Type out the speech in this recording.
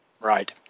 Right